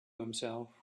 himself